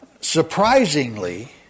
Surprisingly